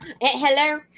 hello